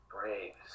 Braves